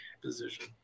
position